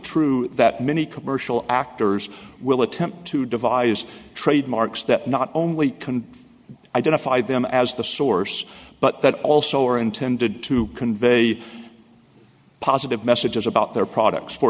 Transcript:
true that many commercial actors will attempt to devise trademarks that not only can identify them as the source but that also are intended to convey positive messages about their products for